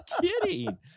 kidding